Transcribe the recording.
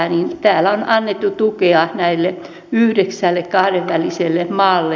täällä on annettu tukea näille yhdeksälle kahdenväliselle maalle